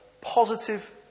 positive